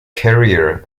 career